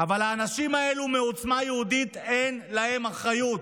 אבל האנשים האלה מעוצמה יהודית, אין להם אחריות.